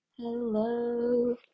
Hello